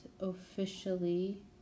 officially